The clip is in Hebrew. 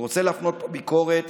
ורוצה להפנות פה ביקורת